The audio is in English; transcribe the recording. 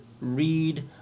read